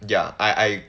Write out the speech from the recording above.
ya I I